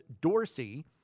Dorsey